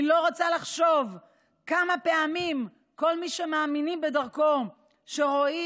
אני לא רוצה לחשוב כמה פעמים כל מי שמאמינים בדרכו רואים